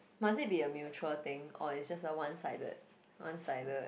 must it be a mutual thing or is just a one sided one sided